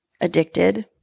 addicted